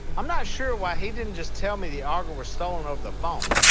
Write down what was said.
i'm not sure why he didn't just tell me the auger was stolen over the phone.